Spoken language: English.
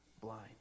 blind